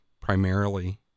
primarily